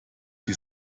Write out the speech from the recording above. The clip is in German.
die